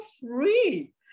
free